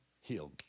healed